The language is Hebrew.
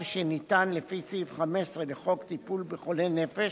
שניתן לפי סעיף 15 לחוק טיפול בחולי נפש,